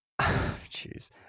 Jeez